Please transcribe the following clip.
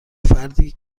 فردی